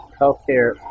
Healthcare